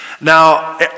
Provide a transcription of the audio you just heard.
Now